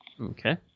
Okay